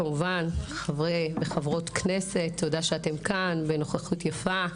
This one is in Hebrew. כמובן לחברי וחברות הכנסת תודה שאתם כאן בנוכחות יפה,